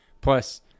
Plus